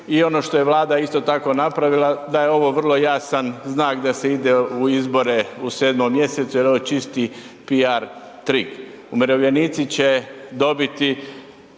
i ono što je Vlada isto tako napravila da je ovo vrlo jasan znak da se ide u izbore u 7. mjesecu jer ovo je čisti piar trik. Umirovljenici će dobiti